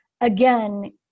again